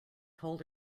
told